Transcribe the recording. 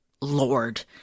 lord